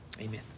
Amen